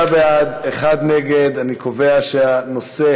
ההצעה להעביר את הנושא